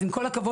אז עם כל הכבוד,